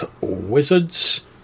wizards